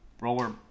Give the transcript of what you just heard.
roller